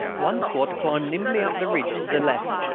one squad climbed nimbly up the ridge to the left.